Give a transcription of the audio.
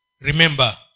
remember